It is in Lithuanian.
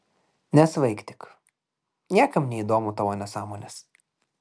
nesvaik tik niekam neįdomu tavo nesąmonės